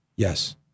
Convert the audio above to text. Yes